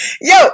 Yo